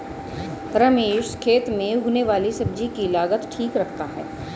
रमेश खेत में उगने वाली सब्जी की लागत ठीक रखता है